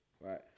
Right